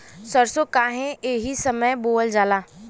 सरसो काहे एही समय बोवल जाला?